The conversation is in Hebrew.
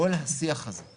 כל השינוי הוא